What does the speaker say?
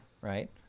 right